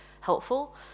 helpful